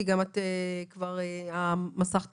כי גם המסך תקוע.